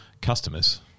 customers